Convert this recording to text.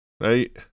Right